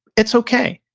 it's okay.